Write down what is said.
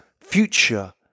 future